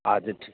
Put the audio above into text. اچھا ٹھیک